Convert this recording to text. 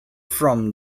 from